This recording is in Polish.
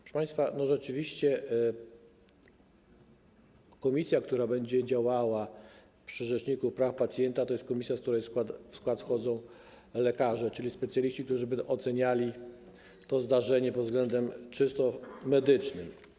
Proszę państwa, rzeczywiście komisja, która będzie działała przy rzeczniku praw pacjenta, to jest komisja, w której skład wchodzą lekarze, czyli specjaliści, którzy będą oceniali zdarzenie pod względem czysto medycznym.